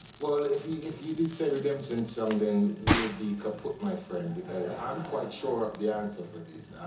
well, if you if you did say redemption song, then you would be kaput, my friend, because i'm quite sure of the answer for this.